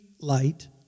light